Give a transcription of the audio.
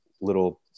little